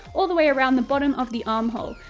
all the way around the bottom of the armhole.